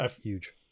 huge